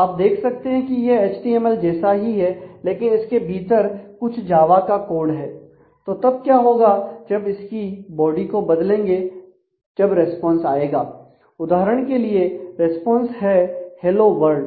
आप देख सकते हैं कि यह एचटीएमएल जैसा ही है लेकिन इसके भीतर कुछ जावा